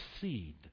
seed